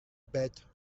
bet